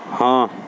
हाँ